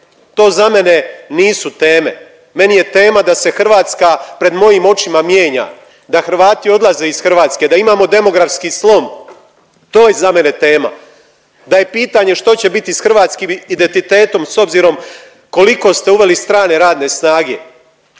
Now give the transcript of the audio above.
To za mene nisu teme. Meni je tema da se Hrvatska pred mojim očima mijenja. Da Hrvati odlaze iz Hrvatske, da imamo demografski slom, to je za mene tema. Da je pitanja što će biti s hrvatskim identitetom s obzirom koliko ste uveli strane radne snage